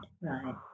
right